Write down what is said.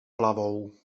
hlavou